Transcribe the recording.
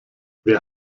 wer